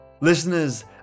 Listeners